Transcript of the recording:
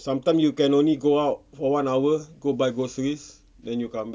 sometime you can only go out for one hour go buy groceries then you come back